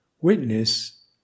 Witness